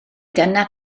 dyna